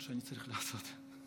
חברי הכנסת,